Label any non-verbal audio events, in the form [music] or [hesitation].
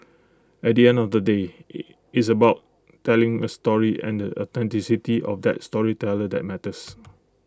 at the end of the day [hesitation] it's about telling A story and A [unintelligible] of that storyteller that matters